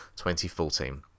2014